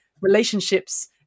relationships